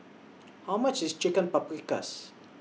How much IS Chicken Paprikas